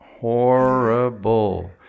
Horrible